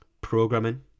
programming